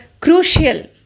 crucial